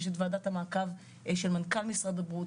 יש את ועדת המעקב של מנכ"ל משרד הבריאות,